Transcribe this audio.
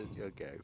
Okay